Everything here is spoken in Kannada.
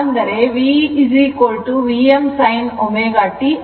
ಅಂದರೆ V Vm sinωt ಆಗುತ್ತದೆ